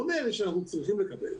לא מאלה שאנחנו צריכים לקבל.